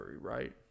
right